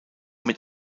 mit